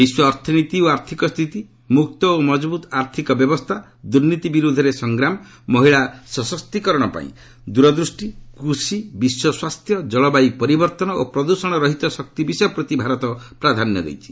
ବିଶ୍ୱ ଅର୍ଥନୀତି ଓ ଆର୍ଥକ ସ୍ଥିତି ମୁକ୍ତ ଓ ମଜବୁତ୍ ଆର୍ଥକ ବ୍ୟବସ୍ଥା ଦୁର୍ନୀତି ବିରୋଧରେ ସଂଗ୍ରାମ ମହିଳା ସଶକ୍ତିକରଣପାଇଁ ଦୂରଦୃଷ୍ଟି କୃଷି ବିଶ୍ୱ ସ୍ୱାସ୍ଥ୍ୟ ଜଳବାୟୁ ପରିବର୍ତ୍ତନ ଓ ପ୍ରଦ୍ଷଣ ରହିତ ଶକ୍ତି ବିଷୟ ପ୍ରତି ଭାରତ ପ୍ରାଧାନ୍ୟ ଦେଇଛି